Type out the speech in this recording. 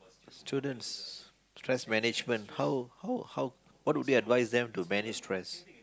students stress management how how how what do they advise them to manage stress